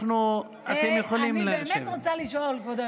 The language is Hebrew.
אתם יכולים לשבת.